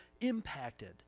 impacted